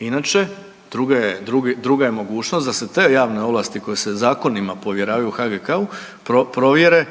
Inače druga je mogućnost da se te javne ovlasti koje se zakonima povjeravaju HGK-u provjere